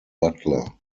butler